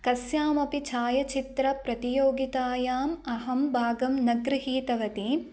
कस्यामपि छायचित्र प्रतियोगितायाम् अहं भागं न गृहीतवती